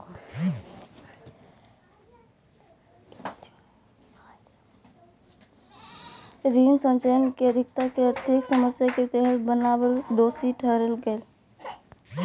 ऋण संचयन के अधिकता के आर्थिक समस्या के बेहतर बनावेले दोषी ठहराल गेलय